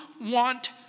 want